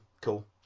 cool